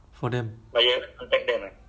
they I think busy also ah